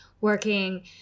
working